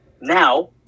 now